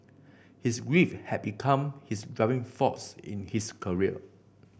his grief had become his driving force in his career